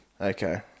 Okay